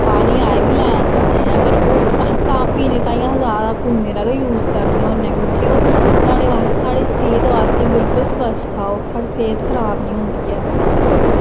पानी लैन जन्दे ऐं पर ओह् तां पीने ताईं अस जैदा कुएं दा गै यूस करने होन्ने क्यूंकि ओह् साढ़े वा साढ़े सेह्त बास्तै बिलकुल स्वस्थ ऐ ओह् साढ़ी सेह्त खराब निं होंदी ऐ